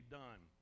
done